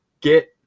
get